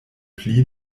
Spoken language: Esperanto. pli